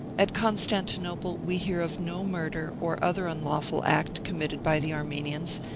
at constantinople, we hear of no murder or other unlawful act committed by the armenians,